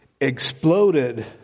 exploded